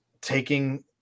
taking